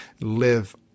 live